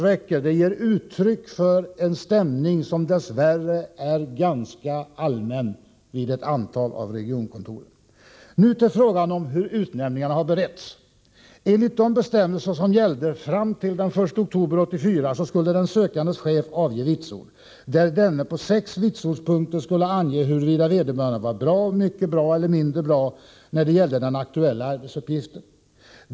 De ger uttryck för en stämning som dess värre är ganska allmän vid 19 november 1984 Nu till frågan om hur utnämningarna har beretts. Enligt de bestämmelser som gällde fram till den 1 oktober 1984 skulle den sökandes chef avge ett Om postverkets bevitsord där denne på sex vitsordspunkter skulle ange huruvida vederbörande fordringspolitik var bra, mycket bra eller mindre bra när det gällde den aktuella arbetsuppgif ten.